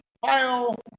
file